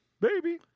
Baby